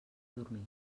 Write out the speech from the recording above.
dormir